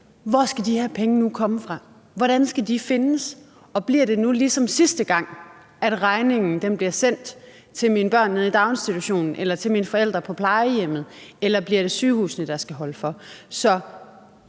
Hvor skal de her penge nu komme fra? Hvordan skal de findes? Og bliver det nu ligesom sidste gang sådan, at regningen bliver sendt til mine børn nede i daginstitutionen eller til mine forældre på plejehjemmet, eller bliver det sygehusene, der skal holde for?